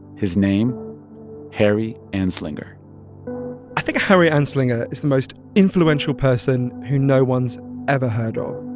his name harry anslinger i think harry anslinger is the most influential person who no one's ever heard um